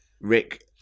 rick